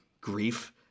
grief